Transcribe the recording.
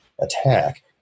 attack